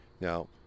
Now